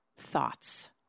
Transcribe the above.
thoughts